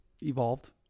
Evolved